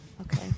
Okay